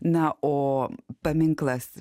na o paminklas